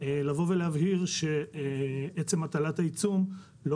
לבוא ולהבהיר שעצם הטלת העיצום לא